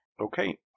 Okay